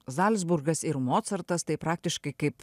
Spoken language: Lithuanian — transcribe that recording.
zalcburgas ir mocartas tai praktiškai kaip